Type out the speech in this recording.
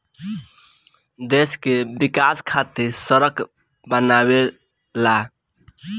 देश के विकाश खातिर सड़क बनावेला